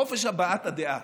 חופש הבעת הדעה.